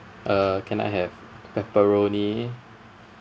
uh can I have pepperoni